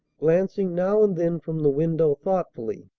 glancing now and then from the window thoughtfully,